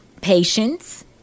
patience